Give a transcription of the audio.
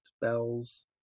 bells